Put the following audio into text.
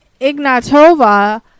Ignatova